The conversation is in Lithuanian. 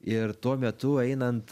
ir tuo metu einant